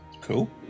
Cool